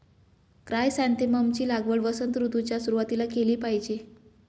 chrysanthemum ची लागवड वसंत ऋतूच्या सुरुवातीला केली पाहिजे